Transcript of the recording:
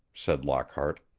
said lockhart.